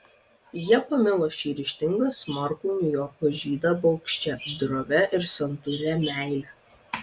jie pamilo šį ryžtingą smarkų niujorko žydą baugščia drovia ir santūria meile